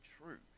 truth